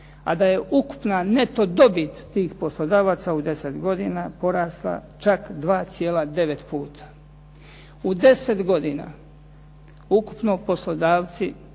a da je ukupna neto dobit tih poslodavaca u deset godina porasla čak 2,9 puta. U deset godina ukupno poslodavci